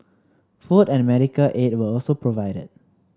food and medical aid were also provided